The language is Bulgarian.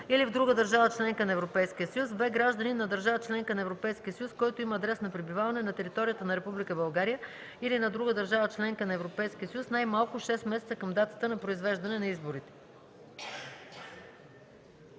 или в друга държава – членка на Европейския съюз; б) гражданин на държава – членка на Европейския съюз, който има адрес на пребиваване на територията на Република България или на друга държава – членка на Европейския съюз, най-малко 6 месеца към датата на произвеждане на изборите.